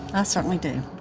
i certainly do